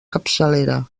capçalera